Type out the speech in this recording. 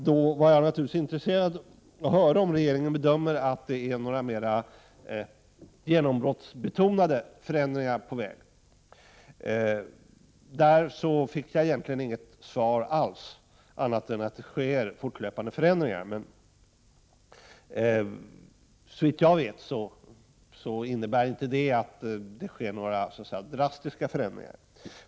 Då var jag naturligtvis intresserad av att höra om regeringen i sina bedömningar anser att det är några mer genombrottsbetonade förändringar på väg. På det fick jag egentligen inget svar alls, annat än att det sker fortlöpande förändringar. Men såvitt jag vet innebär inte det att det sker några drastiska förändringar.